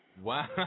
Wow